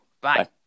Bye